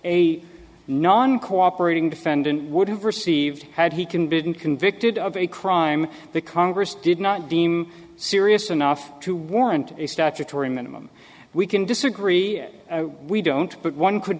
a non cooperating defendant would have received had he can been convicted of a crime that congress did not deem serious enough to warrant a statutory minimum we can disagree we don't but one could